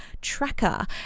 tracker